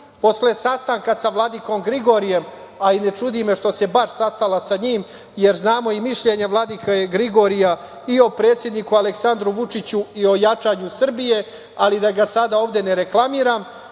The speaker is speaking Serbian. posle sastanka sa vladikom Grigorijem, a čudi me što se baš sastala sa njim jer znamo i mišljenje vladike Gligorija i o predsedniku Aleksandru Vučiću i o jačanju Srbije, ali da ga sada ovde ne reklamiram,